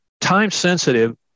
time-sensitive